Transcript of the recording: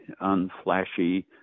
unflashy